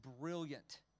brilliant